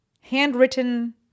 handwritten